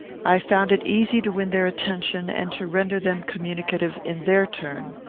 i found it easy to win their attention, and to render them communicative in their turn.